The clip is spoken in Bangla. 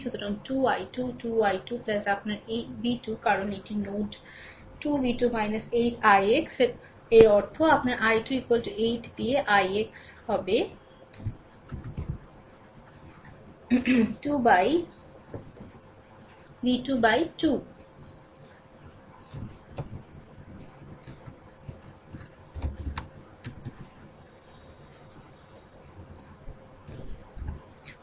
সুতরাং 2 I2 2 I2 আপনার এইv2 কারণ এটি নোড 2v2 8 ix 0 তার অর্থ আপনার i2 8 দিয়ে ix v2 2